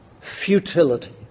futility